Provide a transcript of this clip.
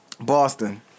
Boston